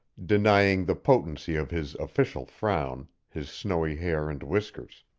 denying the potency of his official frown, his snowy hair and whiskers.